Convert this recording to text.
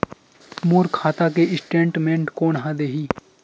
मोर खाता के स्टेटमेंट कोन ह देही?